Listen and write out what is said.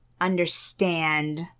understand